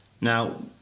now